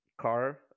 car